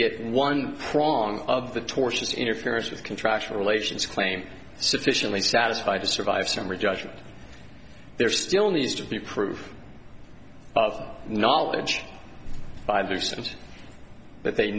in one prong of the tortious interference with contractual relations claim sufficiently satisfied to survive summary judgment there still needs to be proof of knowledge by their sins but they